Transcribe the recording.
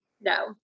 no